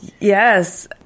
Yes